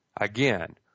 Again